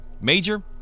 Major